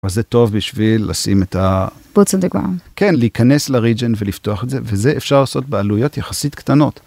אז זה טוב בשביל לשים את ה... בוץ אינטגרנט. כן, להיכנס ל-region ולפתוח את זה, וזה אפשר לעשות בעלויות יחסית קטנות.